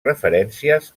referències